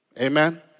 Amen